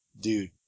dude